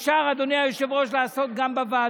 אפשר, אדוני היושב-ראש, לעשות את זה גם בוועדות.